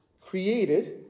created